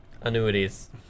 annuities